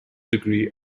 degree